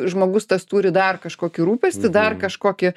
žmogus tas turi dar kažkokį rūpestį dar kažkokį